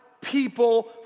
people